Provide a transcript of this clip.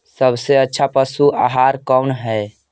सबसे अच्छा पशु आहार कौन है?